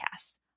Podcasts